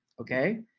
Okay